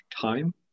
time